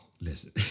listen